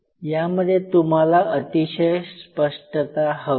यामध्ये तुम्हाला अतिशय स्पष्टता हवी